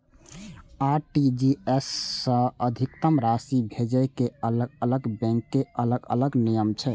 RTGS सं अधिकतम राशि भेजै के अलग अलग बैंक के अलग अलग नियम छै